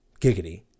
Giggity